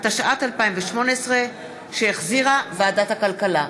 התשע"ט 2018, שהחזירה ועדת הכלכלה.